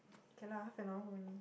can lah half an hour only